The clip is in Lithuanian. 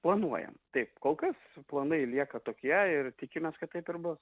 planuoja taip kol kas planai lieka tokie ir tikimės kad taip ir bus